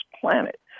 planet